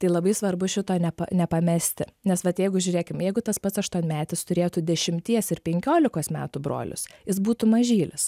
tai labai svarbu šito nepa nepamesti nes vat jeigu žiūrėkim jeigu tas pats aštuonmetis turėtų dešimties ir penkiolikos metų brolius jis būtų mažylis